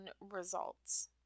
results